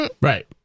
Right